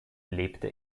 lebte